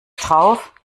drauf